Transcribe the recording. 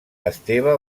esteve